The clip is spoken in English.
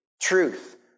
Truth